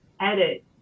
edit